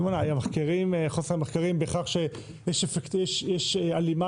סימונה חוסר המחקרים בכך שיש הלימה